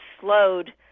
slowed